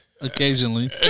occasionally